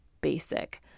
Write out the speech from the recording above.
basic